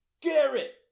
Garrett